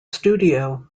studio